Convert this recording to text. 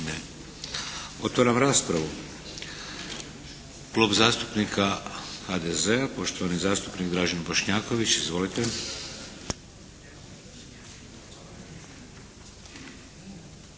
Ne. Otvaram raspravu. Klub zastupnika HDZ-a, poštovani zastupnik Dražen Bošnjaković. Izvolite.